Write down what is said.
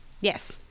Yes